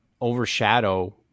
overshadow